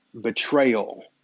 betrayal